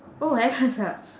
oh haven't ah